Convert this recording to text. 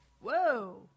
Whoa